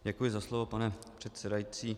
Děkuji za slovo, pane předsedající.